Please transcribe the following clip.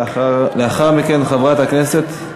לאחר מכן, חברת הכנסת,